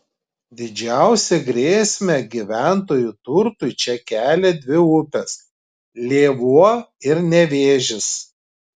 didžiausią grėsmę gyventojų turtui čia kelia dvi upės lėvuo ir nevėžis